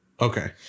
Okay